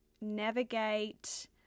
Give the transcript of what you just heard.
navigate